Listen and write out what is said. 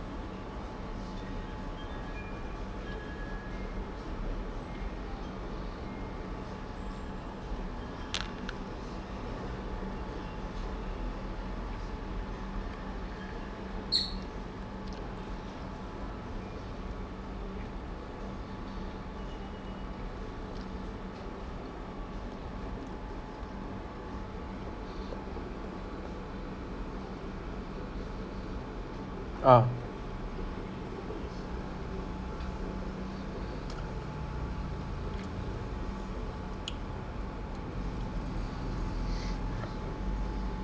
ah